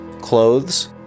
clothes